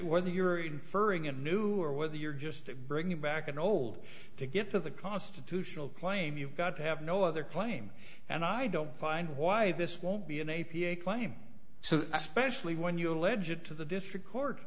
whether you're inferring a new or whether you're just bringing back an old to get to the constitutional claim you've got to have no other claim and i don't find why this won't be an a p a claim so especially when you allege it to the district court